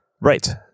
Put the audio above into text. Right